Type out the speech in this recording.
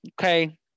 okay